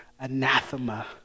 anathema